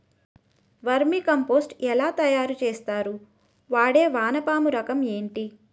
Vermi compost ఎలా తయారు చేస్తారు? వాడే వానపము రకం ఏంటి?